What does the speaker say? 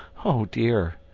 oh, dear!